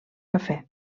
cafè